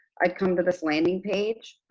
i come to this landing page.